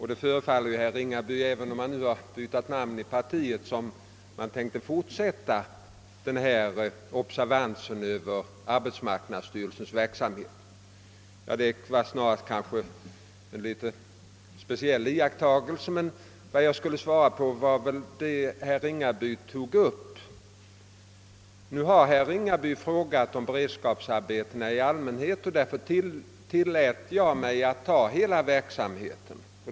Det förefaller som om högern nu, fastän partiet har bytt namn, tänkte fortsätta denna observans över arbetsmarknadsstyrelsens verksamhet; detta är emellertid en iakttagelse litet vid sidan om. Vad jag här skulle svara på var herr Ringabys frågor. Eftersom herr Ringaby har frågat om beredskapsarbetena i allmänhet har jag tillåtit mig att redogöra för hela verksamheten.